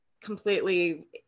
completely